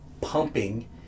pumping